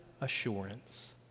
assurance